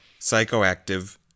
psychoactive